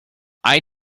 eye